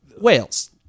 Whales